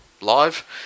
live